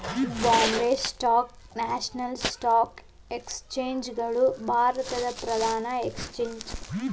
Bombay stock national stock exchange ಗಳು ಭಾರತದ್ ಪ್ರಧಾನ ಎಕ್ಸ್ಚೇಂಜ್ ಗಳಾಗ್ಯಾವ